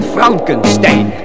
Frankenstein